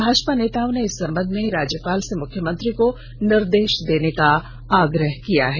भाजपा नेताओं इस संबंध में राज्यपाल से मुख्यमंत्री को निर्देश देने का आग्रह किया है